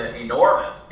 enormous